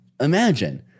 Imagine